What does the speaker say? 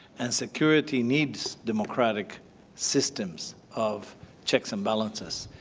and security needs democratic systems of checks and balances.